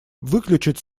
выключить